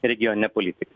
regionine politika